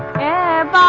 am